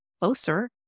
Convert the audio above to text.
closer